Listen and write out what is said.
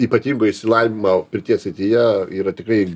ypatingo išsilavinimo pirties srityje yra tikrai